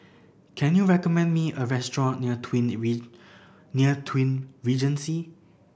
can you recommend me a restaurant near Twin Near Twin Regency